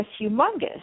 humongous